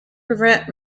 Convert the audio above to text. prevent